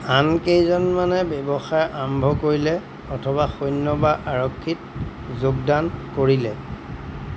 আন কেইজনমানে ব্যৱসায় আৰম্ভ কৰিলে অথবা সৈন্য বা আৰক্ষীত যোগদান কৰিলে